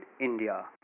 India